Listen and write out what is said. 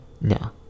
No